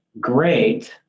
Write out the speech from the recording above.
great